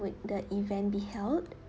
would the event be held